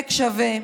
עמק שווה,